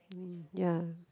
ya